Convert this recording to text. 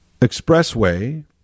expressway